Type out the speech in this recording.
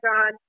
God